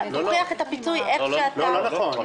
אתה לוקח את הפיצוי איך שאתה --- לא נכון,